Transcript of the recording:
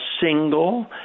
single